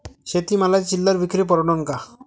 शेती मालाची चिल्लर विक्री परवडन का?